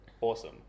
Awesome